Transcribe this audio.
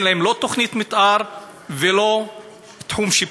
אין להם לא תוכנית מתאר ולא תחום שיפוט.